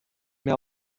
mehr